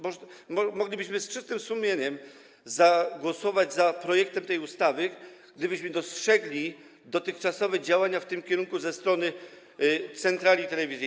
Moglibyśmy z czystym sumieniem zagłosować za projektem tej ustawy, gdybyśmy dostrzegli dotychczasowe działania w tym kierunku ze strony centrali i telewizji.